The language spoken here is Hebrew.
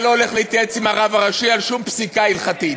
אתה לא הולך להתייעץ עם הרב הראשי על שום פסיקה הלכתית.